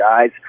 guys